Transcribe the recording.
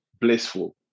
blissful